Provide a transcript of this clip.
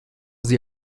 sie